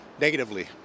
negatively